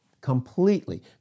completely